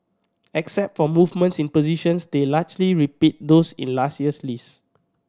except for movements in positions they largely repeat those in last year's list